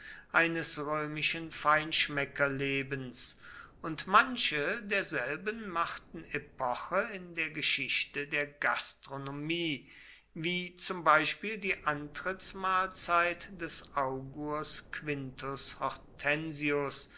eines römischen feinschmeckerlebens und manche derselben machten epoche in der geschichte der gastronomie wie zum beispiel die antrittsmahlzeit des augurs quintus